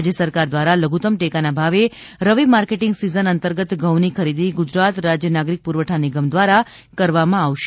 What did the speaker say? રાજ્ય સરકાર દ્વારા લધુત્તમ ટેકાના ભાવે રવિ માર્કેટીંગ સિઝન અંતર્ગત ઘઉંની ખરીદી ગુજરાત રાજ્ય નાગરિક પુરવઠા નિગમ દ્વારા કરવામાં આવશે